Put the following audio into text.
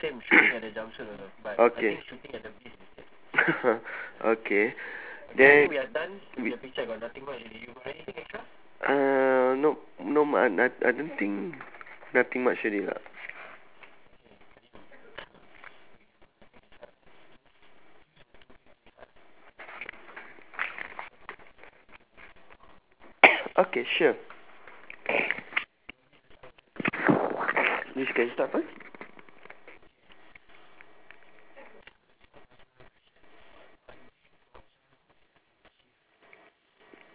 okay okay then mm uh nope not much I I I don't think nothing much already lah okay sure you can start first